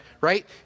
right